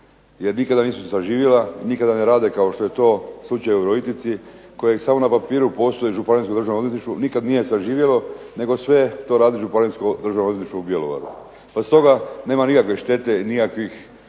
jer nikada nisu saživjela i nikada ne rade kao što je to slučaj u Virovitici koje samo na papiru postoji Županijsko Državno odvjetništvo, nikad nije saživjelo nego sve to radi Županijsko Državno odvjetništvo u Bjelovaru. Pa stoga nema nikakve štete i nikakvih